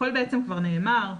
הכול בעצם כבר נאמר,